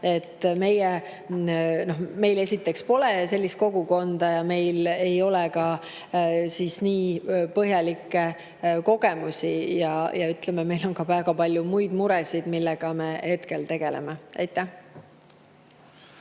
et meil pole sellist kogukonda ja meil ei ole nii põhjalikke kogemusi. Ja meil on ka väga palju muid muresid, millega me hetkel tegeleme. Aitäh!